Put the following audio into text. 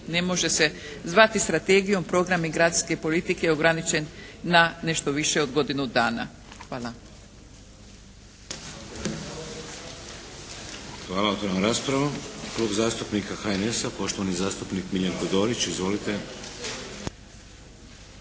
ne može se zvati strategijom Program migracijske politike ograničen na nešto više od godinu dana." Hvala. **Šeks, Vladimir (HDZ)** Hvala. Otvaram raspravu. Klub zastupnika HNS-a poštovani zastupnik Miljenko Dorić. Izvolite!